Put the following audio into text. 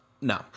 No